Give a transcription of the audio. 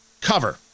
cover